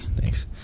Thanks